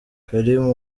karim